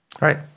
Right